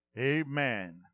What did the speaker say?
Amen